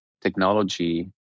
technology